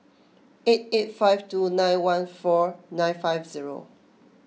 eight eight five two nine one four nine five zero